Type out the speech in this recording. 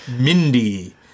Mindy